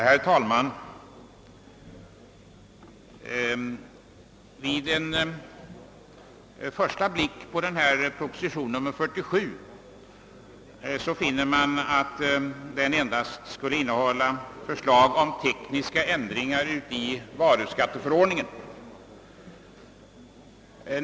Herr talman! Vid en första blick på proposition nr 47 finner man att den endast skulle innehålla förslag om tekniska ändringar i varuskatteförordningen.